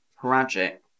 tragic